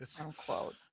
Unquote